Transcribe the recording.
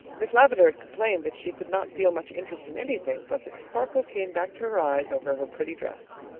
miss lavendar had complained that she could not feel much interest in anything, but the sparkle came back to her eyes over her pretty dress.